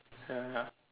ya ya